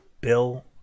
Bill